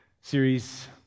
Series